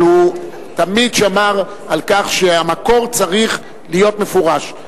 אבל הוא תמיד שמר על כך שהמקור צריך להיות מפורש.